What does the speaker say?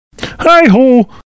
Hi-ho